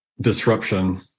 disruption